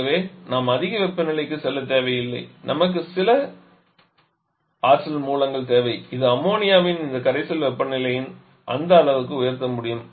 ஆகவே நாம் மிக அதிக வெப்பநிலைக்குச் செல்லத் தேவையில்லை நமக்கு சில ஆற்றல் மூலங்கள் தேவை இது அம்மோனியாவின் இந்த கரைசலின் வெப்பநிலையை அந்த அளவுக்கு உயர்த்த முடியும்